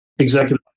Executive